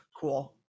cool